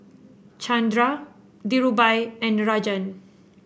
Chanda Dhirubhai and Rajan